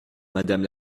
madame